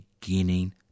beginning